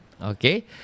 Okay